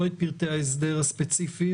לא את פרטי ההסדר הספציפי,